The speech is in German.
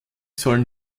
sollen